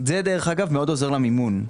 דרך אגב, זה מאוד עוזר למימון,